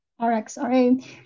RXRA